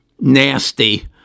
nasty